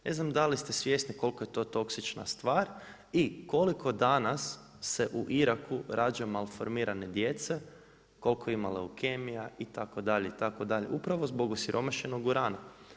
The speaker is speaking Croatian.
Ne znam da li ste svjesni koliko je to toksična stvar i koliko danas se u Iraku rađa malformirane djece, koliko ima leukemija, itd., itd., upravo zbog osiromašenog urana.